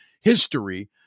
history